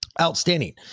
outstanding